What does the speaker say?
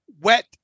wet